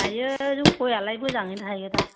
थायो जौ फोरालाय मोजांङैनो थायो दा